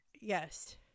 Yes